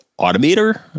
automator